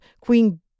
Queen